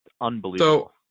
Unbelievable